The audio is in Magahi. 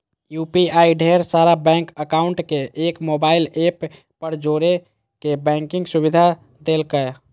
यू.पी.आई ढेर सारा बैंक अकाउंट के एक मोबाइल ऐप पर जोड़े के बैंकिंग सुविधा देलकै